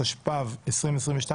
התשפ"ב-2022